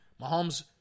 Mahomes